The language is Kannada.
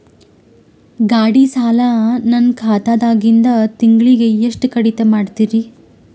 ಗಾಢಿ ಸಾಲ ನನ್ನ ಖಾತಾದಾಗಿಂದ ತಿಂಗಳಿಗೆ ಎಷ್ಟು ಕಡಿತ ಮಾಡ್ತಿರಿ?